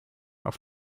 auf